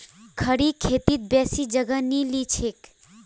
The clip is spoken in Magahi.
खड़ी खेती बेसी जगह नी लिछेक